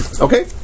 Okay